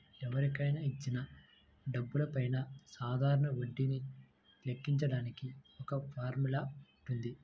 ఎవరికైనా ఇచ్చిన డబ్బులపైన సాధారణ వడ్డీని లెక్కించడానికి ఒక ఫార్ములా వుంటది